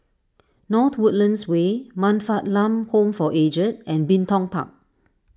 North Woodlands Way Man Fatt Lam Home for Aged and Bin Tong Park